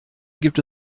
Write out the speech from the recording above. gibt